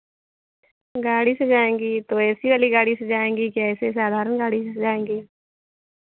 गाड़ी से जाएंगी तो ए सी वाली गाड़ी से जाएंगी कि ऐसी साधारण गाड़ी से जाएंगी